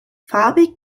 farbig